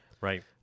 right